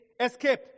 escape